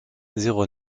zéro